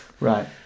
Right